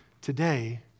today